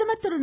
பிரதமர் திரு